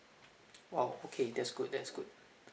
!wow! okay that's good that's good